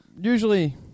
Usually